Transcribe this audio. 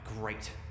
Great